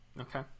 Okay